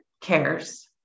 cares